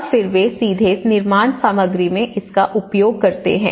और फिर वे सीधे निर्माण सामग्री में इसका उपयोग करते हैं